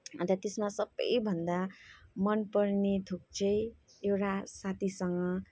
अन्त त्यसमा सबैभन्दा मनपर्ने थोक चाहिँ एउटा साथीसँग